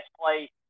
play